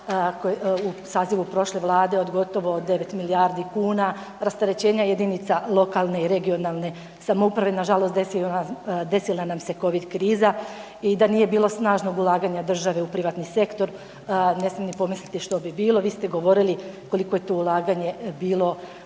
u sazivu prošle Vlade od gotovo 9 milijardi kuna, rasterećenja jedinica lokalne i regionalne samouprave, nažalost desila nam se Covid kriza i da nije bilo snažnog ulaganja države u privatni sektor, ne smijem ni pomisliti što bi bilo. Vi ste govorili koliko je tu ulaganje bilo